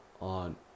on